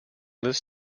this